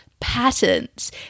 patterns